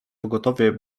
pogotowie